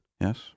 Yes